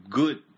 good